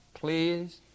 please